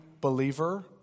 believer